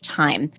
time